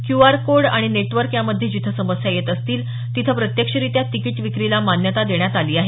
QR code आणि network यामध्ये जिथं समस्या येत असतील तिथं प्रत्यक्षरित्या तिकीट विक्रीला मान्यता देण्यात आली आहे